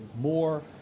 more